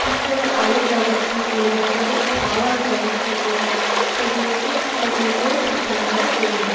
ঠিক করে আলোর ব্যবস্থা করে দেওয়া তাদের খাওয়ার ব্যবস্থা করে দেওয়া সেগুলো সেগুলোকেও ঠিকঠাকভাবে করে দিই